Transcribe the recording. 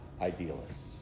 Idealists